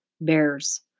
Bears